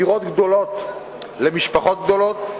דירות גדולות למשפחות גדולות,